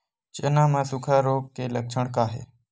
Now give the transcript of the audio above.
चना म सुखा रोग के लक्षण का हे?